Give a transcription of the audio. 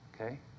okay